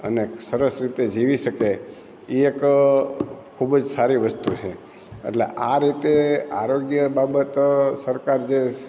અને સરસ રીતે જીવી શકે એ એક ખૂબજ સારી વસ્તુ છે એટલે આ રીતે આરોગ્ય બાબત જે સરકાર